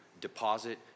deposit